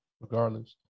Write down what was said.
regardless